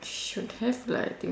should have lah I think